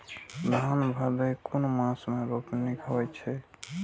धान भदेय कुन मास में रोपनी होय छै?